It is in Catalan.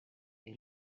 fer